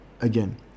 again